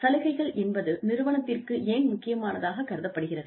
சலுகைகள் என்பது நிறுவனத்திற்கு ஏன் முக்கியமானதாக கருதப்படுகிறது